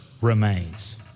remains